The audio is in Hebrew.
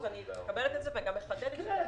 אני מקבלת את זה ומכבדת את זה.